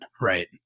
right